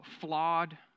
flawed